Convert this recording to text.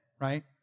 right